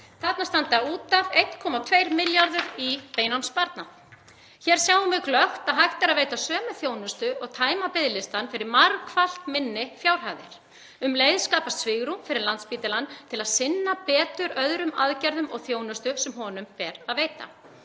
Þarna standa út af 1,2 milljarðar í beinan sparnað. Hér sjáum við glöggt að hægt er að veita sömu þjónustu og tæma biðlista fyrir margfalt minni fjárhæðir. Um leið skapast svigrúm fyrir Landspítalann til að sinna betur öðrum aðgerðum og þjónustu sem honum ber að veita.